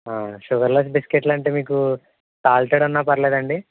sugarless బిస్కెట్లు అంటే మీకు సాల్టెడ్ ఉన్న పర్లేదా అండి